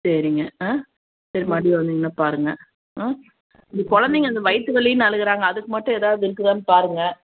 சரிங்க ஆ சரி மறுபடியும் வந்திங்கன்னால் பாருங்க ஆ இது குழந்தைங்க இந்த வயிற்று வலின்னு அழுகுறாங்க அதுக்கு மட்டும் ஏதாவது இருக்குதான்னு பாருங்க